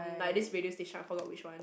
like this radio station I forgot which one